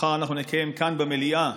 מחר אנחנו נקיים כאן במליאה